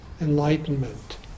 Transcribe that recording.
enlightenment